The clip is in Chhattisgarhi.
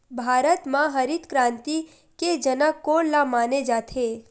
भारत मा हरित क्रांति के जनक कोन ला माने जाथे?